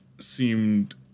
seemed